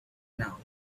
now